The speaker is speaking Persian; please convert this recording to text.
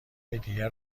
یکدیگر